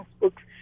books